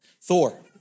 Thor